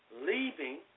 leaving